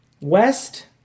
west